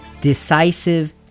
Decisive